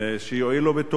שיואילו בטובם,